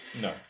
No